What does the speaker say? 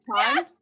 time